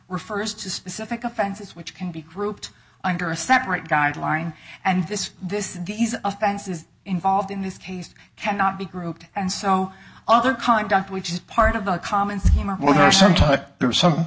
refers to specific offenses which can be grouped under a separate guideline and this this these offenses involved in this case cannot be grouped and so other conduct which is part of a common scheme or